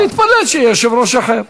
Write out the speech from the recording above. אותו שמעת?